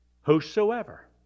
whosoever